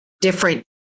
different